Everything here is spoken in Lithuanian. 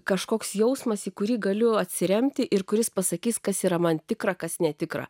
kažkoks jausmas į kurį galiu atsiremti ir kuris pasakys kas yra man tikra kas netikra